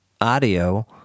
audio